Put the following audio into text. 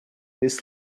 this